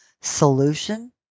solution